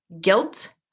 guilt